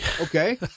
Okay